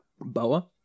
Boa